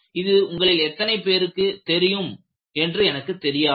இது உங்களில் எத்தனை பேருக்குத் தெரியும் என்று எனக்கு தெரியாது